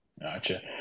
Gotcha